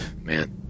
Man